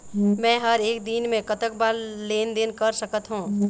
मे हर एक दिन मे कतक बार लेन देन कर सकत हों?